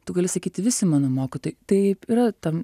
tu gali sakyti visi mano mokytojai taip yra tam